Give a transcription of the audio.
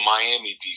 Miami